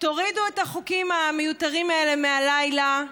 תורידו את החוקים המיותרים האלה מהלילה.